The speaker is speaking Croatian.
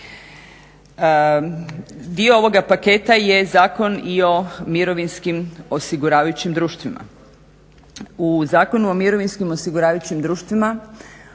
Dio ovoga paketa je i Zakon o mirovinskim osiguravajućim društvima. U Zakonu o mirovinskim osiguravajućim društvima